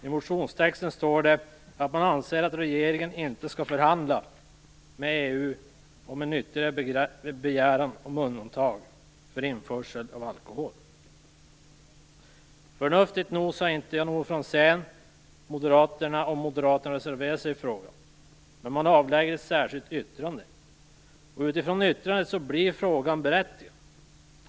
I motionstexten står det att man anser att regeringen inte skall förhandla med EU om ytterligare undantag för införsel av alkohol. Förnuftigt nog har inte Jan-Olof Franzén och Moderaterna reserverat sig i frågan, men man avlägger ett särskilt yttrande. Utifrån yttrandet blir frågan berättigad.